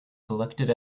selected